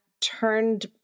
turned